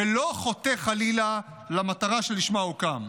ולא חוטא חלילה למטרה שלשמה הוקם.